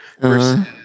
versus